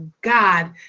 God